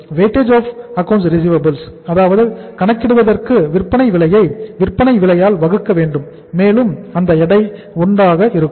weightage of accounts receivable கணக்கிடுவதற்கு விற்பனை விலையை விற்பனை விலையால் வகுக்க வேண்டும் மேலும் அந்த எடையை 1 ஆக இருக்கும்